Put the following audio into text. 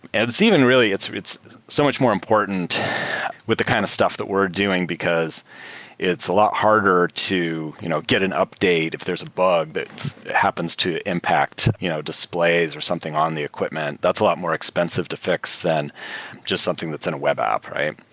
and even, really, it's it's so much more important with the kind of stuff that we're doing, because it's a lot harder to you know get an update if there's a bug that happens to impact you know displays or something on the equipment. that's a lot more expensive to fix than just something that's in a web app, right?